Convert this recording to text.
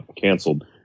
canceled